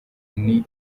niwe